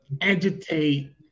agitate